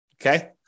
okay